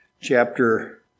chapter